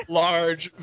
large